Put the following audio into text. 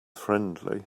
friendly